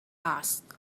asked